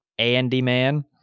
Andyman